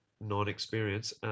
non-experience